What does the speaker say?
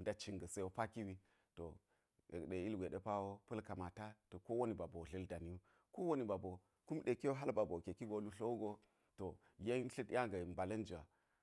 ndat cin ga̱ se wo paki wi, ilgwe pa̱l kamata ta̱ ko woni ba boo dla̱l dani wu ko woni ba boo kum ɗe hal ki wo ba boo ke ki tlu tlo yen tla̱t nya ji mbala̱n jwa.